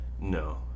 No